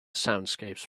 soundscapes